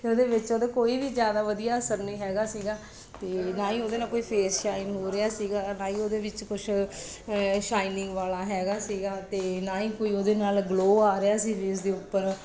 ਇਹਦੇ ਵਿੱਚ ਉਹਦੇ ਕੋਈ ਵੀ ਜ਼ਿਆਦਾ ਵਧੀਆ ਅਸਰ ਨਹੀਂ ਹੈਗਾ ਸੀਗਾ ਅਤੇ ਨਾ ਹੀ ਉਹਦੇ ਨਾਲ ਕੋਈ ਫੇਸ ਸ਼ਾਈਨ ਹੋ ਰਿਹਾ ਸੀਗਾ ਨਾ ਹੀ ਉਹਦੇ ਵਿੱਚ ਕੁਛ ਸ਼ਾਈਨਿੰਗ ਵਾਲਾ ਹੈਗਾ ਸੀਗਾ ਅਤੇ ਨਾ ਹੀ ਕੋਈ ਉਹਦੇ ਨਾਲ ਗਲੋਅ ਆ ਰਿਹਾ ਸੀ ਫੇਸ ਦੇ ਉੱਪਰ